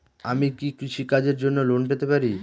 আমি কি কৃষি কাজের জন্য লোন পেতে পারি?